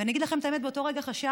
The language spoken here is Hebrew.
ואני אגיד לכם את האמת, באותו רגע חשבתי: